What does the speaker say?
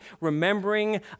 remembering